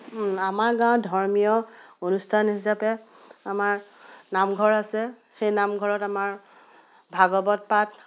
আমাৰ গাঁৱত ধৰ্মীয় অনুষ্ঠান হিচাপে আমাৰ নামঘৰ আছে সেই নামঘৰত আমাৰ ভাগৱত পাঠ